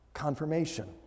confirmation